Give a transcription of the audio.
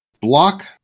Block